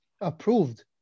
approved